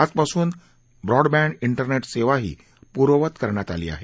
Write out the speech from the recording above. आजपासून ब्रॉडबँड तिरनेट सेवाही पूर्ववत करण्यात आली आहे